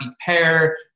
pair